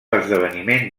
esdeveniment